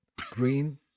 Green